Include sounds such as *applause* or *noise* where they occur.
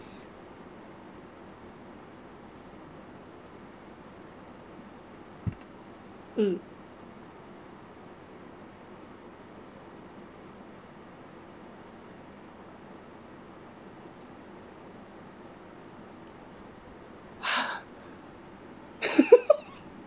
mm *laughs*